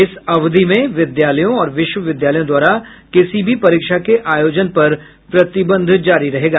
इस अवधि में विद्यालयों और विश्वविद्यालयों द्वारा किसी भी परीक्षा के आयोजन पर प्रतिबंध जारी रहेगा